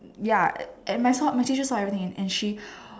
ya and and my saw my teacher saw everything and she